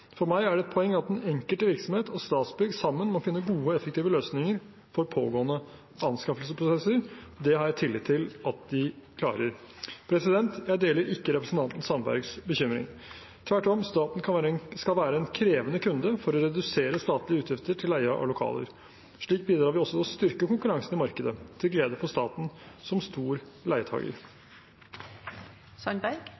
For meg er det et poeng at den enkelte virksomhet og Statsbygg sammen må finne gode og effektive løsninger for pågående anskaffelsesprosesser. Det har jeg tillit til at de klarer. Jeg deler ikke representanten Sandbergs bekymring. Tvert om, staten skal være en krevende kunde for å redusere statlige utgifter til leie av lokaler. Slik bidrar vi også til å styrke konkurransen i markedet, til glede for staten som stor